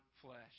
flesh